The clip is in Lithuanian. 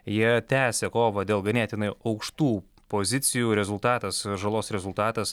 jie tęsia kovą dėl ganėtinai aukštų pozicijų rezultatas žalos rezultatas